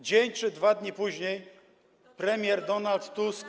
Dzień czy dwa dni później premier Donald Tusk.